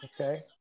Okay